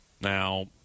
Now